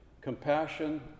compassion